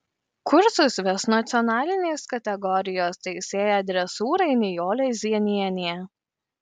kursus ves nacionalinės kategorijos teisėja dresūrai nijolė zienienė